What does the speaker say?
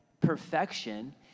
perfection